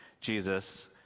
Jesus